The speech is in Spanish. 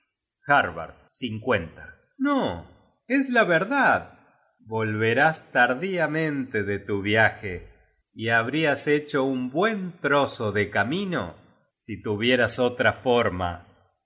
mentira harbard no es la verdad volverás tardiamente de tu viaje y habrias hecho un buen trozo de camino si tuvieras otra forma